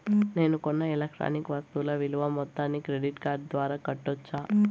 నేను కొన్న ఎలక్ట్రానిక్ వస్తువుల విలువ మొత్తాన్ని క్రెడిట్ కార్డు ద్వారా కట్టొచ్చా?